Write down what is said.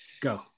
Go